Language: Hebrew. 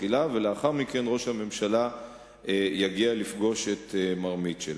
ולאחר מכן ראש הממשלה יגיע לפגוש את מר מיטשל.